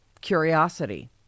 curiosity